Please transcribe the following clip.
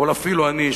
אבל אפילו אני,